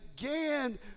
again